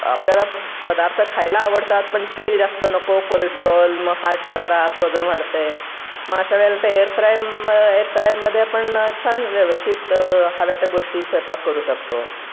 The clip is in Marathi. आपल्याला पदार्थ खायला आवडतात पण तेल जास्त नको कोलेस्टॉल मग हार्टला त्रास वजन वाढत आहे मग अशा वेळेला त्या एअरफ्राय एअरफ्रायरमध्ये आपण छान व्यवस्थित हव्या त्या गोष्टी स्वयंपाक करू शकतो